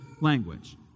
language